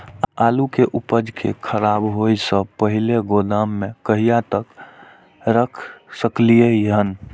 आलु के उपज के खराब होय से पहिले गोदाम में कहिया तक रख सकलिये हन?